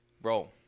Bro